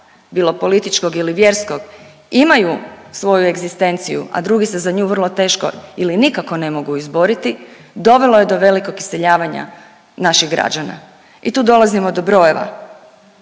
bilo političkog ili vjerskog imaju svoju egzistenciju, a drugi se za nju vrlo teško ili nikako ne mogu izboriti dovelo je do velikog iseljavanja naših građana. I tu dolazimo do brojeva.